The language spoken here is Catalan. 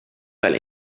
pèl